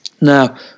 Now